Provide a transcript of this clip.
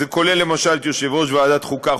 זה כולל למשל את יושב-ראש ועדת החוקה,